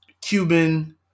Cuban